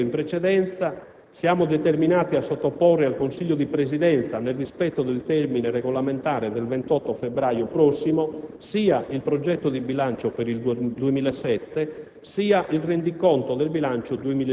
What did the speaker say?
Ma, come si è già detto in precedenza, siamo determinati a sottoporre al Consiglio di Presidenza, nel rispetto del termine regolamentare del 28 febbraio prossimo, sia il progetto di bilancio per il 2007,